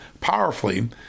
powerfully